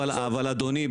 אבל אדוני,